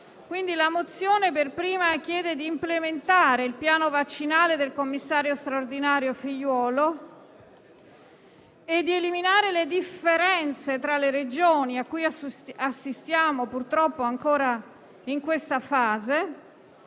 La mozione chiede anzitutto di implementare il piano vaccinale del commissario straordinario Figliuolo, di eliminare le differenze tra le Regioni, a cui assistiamo, purtroppo, ancora in questa fase,